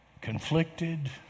conflicted